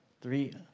three